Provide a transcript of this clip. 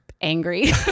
angry